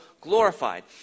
glorified